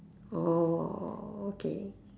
orh okay